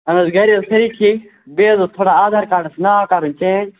اَہَن حظ گَرِ حظ سٲری ٹھیٖک بیٚیہِ حظ اوس تھوڑا آدھار کارڈَس ناو کَرُن چینٛج